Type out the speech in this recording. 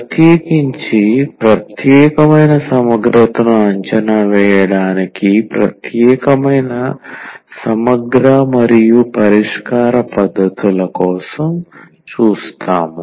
ప్రత్యేకించి ప్రత్యేకమైన సమగ్రతను అంచనా వేయడానికి ప్రత్యేకమైన సమగ్ర మరియు పరిష్కార పద్ధతుల కోసం చూస్తాము